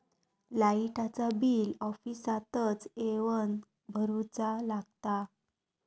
लाईटाचा बिल ऑफिसातच येवन भरुचा लागता?